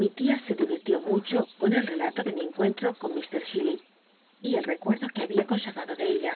mi tia se divittió mucho con el relato de mi cncuenlto con llf chillip y el tecuerdo ruc habiu conserl'ado de ella